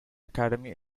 academy